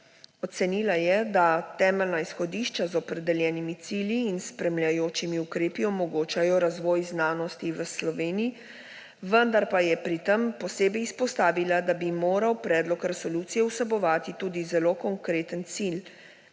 Ocenila je, da temeljna izhodišča z opredeljenimi cilji in spremljajočimi ukrepi omogočajo razvoj znanosti v Sloveniji, vendar pa je pri tem posebej izpostavila, da bi moral predlog resolucije vsebovati tudi zelo konkreten cilj,